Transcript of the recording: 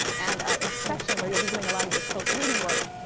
and in section where you'll be doing a lot of your close reading work,